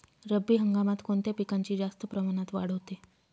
रब्बी हंगामात कोणत्या पिकांची जास्त प्रमाणात वाढ होते?